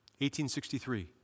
1863